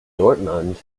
dortmund